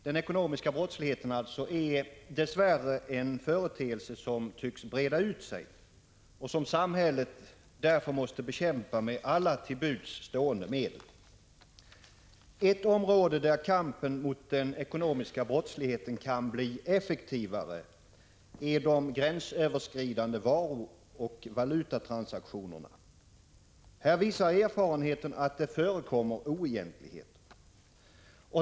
Den ekonomiska brottsligheten är dess värre en företeelse som tycks breda ut sig och som samhället därför måste bekämpa med alla till buds stående medel. Ett område där kampen mot den ekonomiska brottsligheten kan bli effektivare är de gränsöverskridande varuoch valutatransaktionerna. Här visar erfarenheten att oegentligheter förekommer.